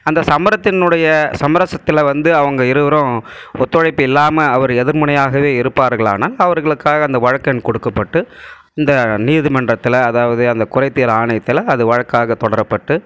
அந்த சமரசத்தின்னுடைய சமரசத்தில் வந்து அவங்க இருவரும் ஒத்துழைப்பு இல்லாமல் அவர் எதிர்முனையாகவே இருப்பார்களானால் அவர்களுக்காக அந்த வழக்கெண் கொடுக்கப்பட்டு இந்த நீதி மன்றத்தில் அதாவது அந்த குறைதீர் ஆணையத்தில் அது வழக்காக தொடரப்பட்டு